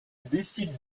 décide